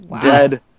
Dead